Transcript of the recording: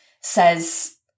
says